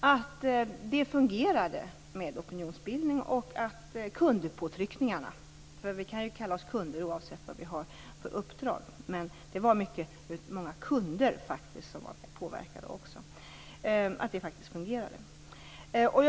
använda. Det fungerade med opinionsbildning och kundpåtryckningar. Vi kan ju kalla oss kunder oavsett vad vi har för uppdrag. Det var faktiskt många kunder som var med och påverkade också.